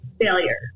failure